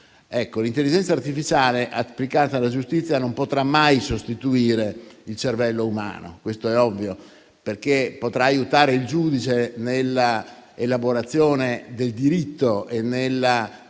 L'intelligenza artificiale applicata alla giustizia non potrà mai sostituire il cervello umano, questo è ovvio. Essa potrà infatti aiutare il giudice nell'elaborazione del diritto e nella